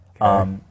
Okay